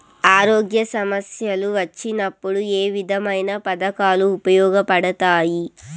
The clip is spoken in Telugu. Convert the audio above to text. ఆరోగ్య సమస్యలు వచ్చినప్పుడు ఏ విధమైన పథకాలు ఉపయోగపడతాయి